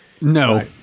No